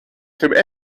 dem